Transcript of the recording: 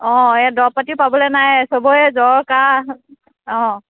অঁ এই দৰব পাটিও পাবলৈ নাই চবৰে জ্বৰ কাহ অঁ